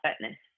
fitness